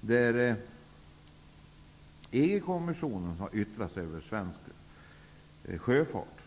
där EG-kommissionen har yttrat sig över svensk sjöfart.